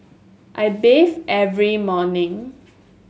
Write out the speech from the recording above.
I bathe every morning